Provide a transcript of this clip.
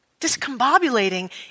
discombobulating